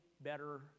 better